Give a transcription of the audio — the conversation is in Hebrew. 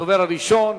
הדובר הראשון,